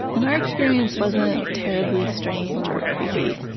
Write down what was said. and our experience wasn't terribly strange or creepy.